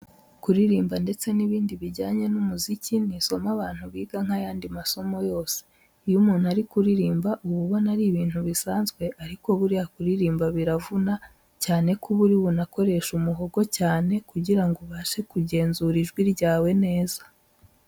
Kuririmba ndetse n'ibindi bijyanye n'umuziki, ni isomo abantu biga nk'ayandi masomo yose. Iyo umuntu ari kuririmba uba ubona ari ibintu bisanzwe ariko buriya kwiga kuririmba biravuna, cyane ko uba uri bunakoreshe umuhogo cyane kugira ngo ubashe kugenzura ijwi ryawe neza.